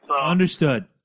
Understood